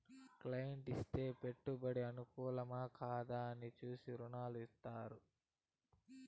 client ఇచ్చే పెట్టుబడి అనుకూలమా, కాదా అని చూసి రుణాలు ఇత్తారు